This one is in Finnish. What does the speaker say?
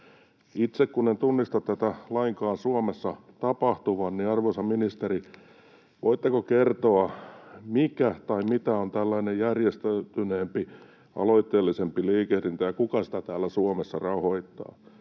Itse kun en tunnista tätä lainkaan Suomessa tapahtuvan, niin arvoisa ministeri, voitteko kertoa, mikä tai mitä on tällainen järjestäytyneempi, aloitteellisempi liikehdintä ja kuka sitä täällä Suomessa rahoittaa?